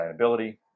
sustainability